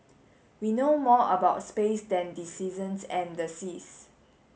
we know more about space than the seasons and the seas